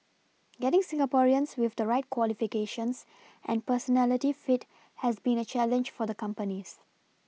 getting Singaporeans with the right qualifications and personality fit has been a challenge for the companies